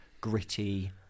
gritty